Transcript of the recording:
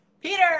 Peter